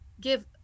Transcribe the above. give